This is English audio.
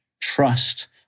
trust